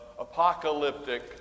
...apocalyptic